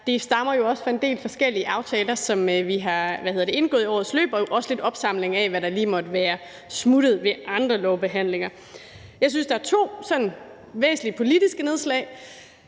Det stammer jo også fra en del forskellige aftaler, som vi har indgået i årets løb, og det er jo også lidt en opsamling af, hvad der lige måtte være smuttet ved andre lovbehandlinger. Jeg synes, at der er to væsentlige politiske nedslag.